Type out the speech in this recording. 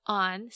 on